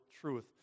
truth